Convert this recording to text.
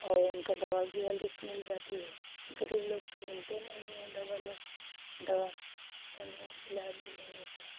और उनकी दवा भी जल्दी से मिल जाती है ग़रीब लोग को मिलते नहीं है दवा लो दवा कौनो इलाज भी नहीं होता